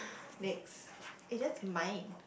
next eh that's mine